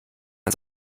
man